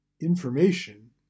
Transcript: Information